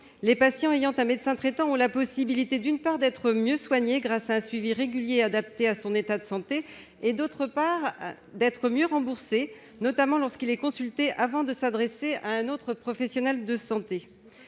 Les patients ayant un médecin traitant ont la possibilité, d'une part, d'être mieux soignés grâce à un suivi régulier adapté à leur état de santé, et, d'autre part, d'être mieux remboursés, notamment lorsque le médecin traitant est consulté avant orientation vers un autre professionnel de santé.